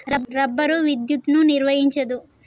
rubber విద్యుత్తును నిర్వహించదు